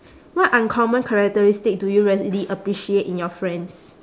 what uncommon characteristic do you really appreciate in your friends